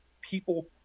people